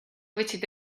võtsid